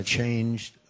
changed